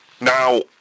Now